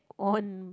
on